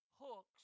hooks